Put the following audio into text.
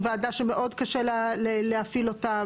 עם ועדה שמאוד קשה להפעיל אותה,